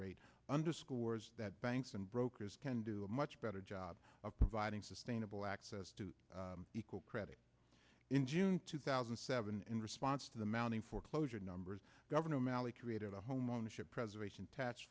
rate underscores that banks and brokers can do a much better job of providing sustainable access to equal credit in june two thousand and seven in response to the mounting foreclosure numbers governor o'malley created a homeownership preservation tach